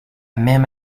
même